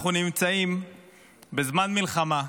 אנחנו נמצאים בזמן מלחמה,